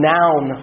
Noun